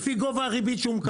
לפי גובה הריבית שהוא מקבל.